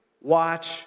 watch